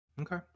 Okay